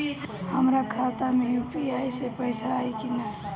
हमारा खाता मे यू.पी.आई से पईसा आई कि ना?